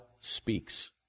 speaks